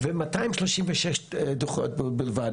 ו-236 דו"חות בלבד.